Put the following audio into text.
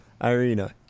Irina